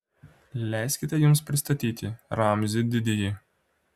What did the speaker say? leiskite jums pristatyti ramzį didįjį